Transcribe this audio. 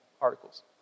articles